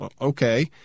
Okay